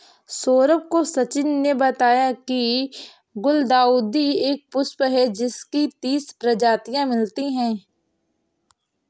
सौरभ को सचिन ने बताया की गुलदाउदी एक पुष्प है जिसकी तीस प्रजातियां मिलती है